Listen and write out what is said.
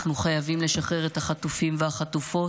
אנחנו חייבים לשחרר את החטופים והחטופות,